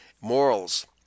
morals